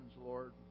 Lord